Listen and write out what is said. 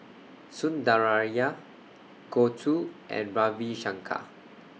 Sundaraiah Gouthu and Ravi Shankar